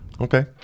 Okay